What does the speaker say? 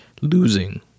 losing